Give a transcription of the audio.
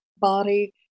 body